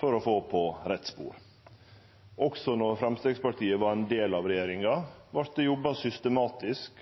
for å få på rett spor. Også då Framstegspartiet var ein del av regjeringa, vart det jobba systematisk